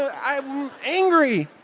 i'm angry.